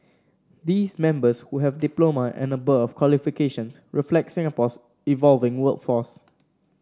these members who have diploma and above qualifications reflect Singapore's evolving workforce